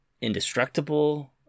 indestructible